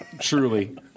truly